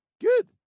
Good